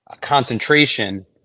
concentration